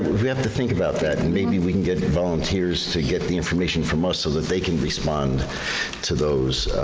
we have to think about that and maybe we can get volunteers to get the information from us so that they can respond to those.